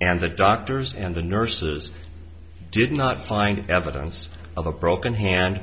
and the doctors and the nurses did not find evidence of a broken hand